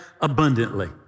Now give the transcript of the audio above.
abundantly